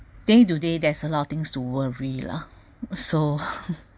day to day there's a lot of things to worry lah so